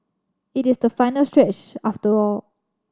it is the final stretch after all